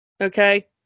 okay